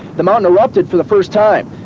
the mountain erupted for the first time.